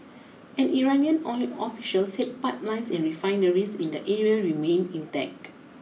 an Iranian oil official said pipelines and refineries in the area remained intact